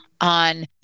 on